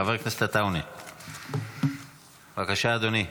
חבר הכנסת עטאונה, בבקשה, אדוני.